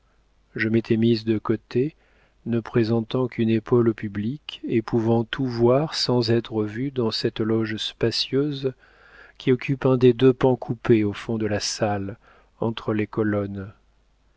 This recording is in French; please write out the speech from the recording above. je m'étais mise de côté ne présentant qu'une épaule au public et pouvant tout voir sans être vue dans cette loge spacieuse qui occupe un des deux pans coupés au fond de la salle entre les colonnes